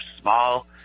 small